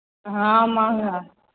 हँ महँगा